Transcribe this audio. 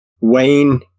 Wayne